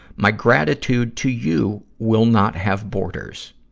my gratitude to you will not have borders.